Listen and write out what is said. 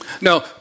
No